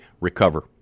recover